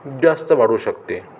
जास्त वाढू शकते